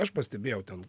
aš pastebėjau ten